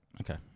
Okay